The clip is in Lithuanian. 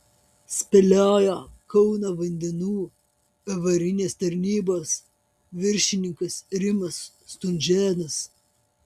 spėliojo kauno vandenų avarinės tarnybos viršininkas rimas stunžėnas